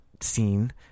scene